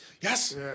Yes